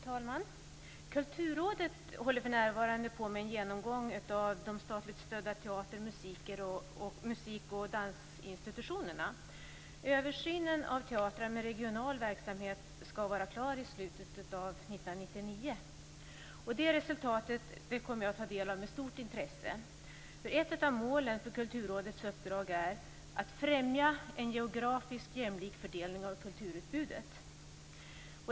Fru talman! Kulturrådet håller för närvarande på med en genomgång av de statligt stödda teater-, musik och dansinstitutionerna. Översynen av teatrar med regional verksamhet skall vara klar i slutet av 1999. Det resultatet kommer jag att ta del av med stort intresse. Ett av målen för Kulturrådets uppdrag är att främja en geografisk jämlik fördelning av kulturutbudet.